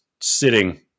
sitting